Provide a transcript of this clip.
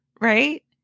right